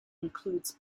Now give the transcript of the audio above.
includes